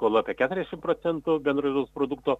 skola apie keturiasdešimt procentų bendro vidaus produkto